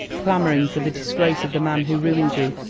clamouring for the disgrace of the man who ruined you,